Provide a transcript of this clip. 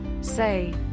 Say